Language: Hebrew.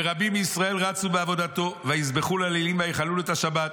ורבים מישראל רצו בעבודתו ויזבחו לאלילים ויחללו את השבת.